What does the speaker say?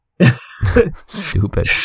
Stupid